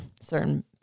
certain